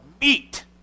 meat